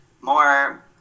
more